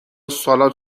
سالاد